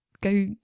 go